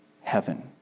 heaven